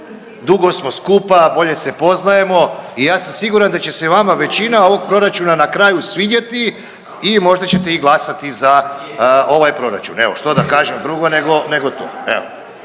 dugo smo skupa, bolje se poznajemo i ja sam siguran da će se i vama većina ovog proračuna na kraju svidjeti i možda ćete glasati za ovaj proračun. Evo, što da kažem drugo nego to,